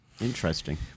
Interesting